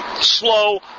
slow